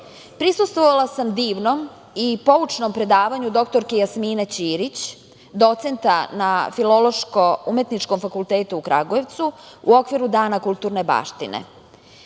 Prisustvovala sam divnom i poučnom predavanju doktorki Jasmine Ćirić, docenta na Filološko-umetničkom fakultetu u Kragujevcu, u okviru Dana kulturne baštine